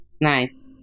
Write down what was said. Nice